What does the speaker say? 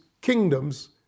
kingdoms